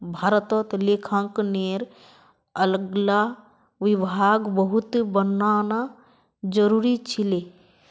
भारतत लेखांकनेर अलग विभाग बहुत बनाना जरूरी छिले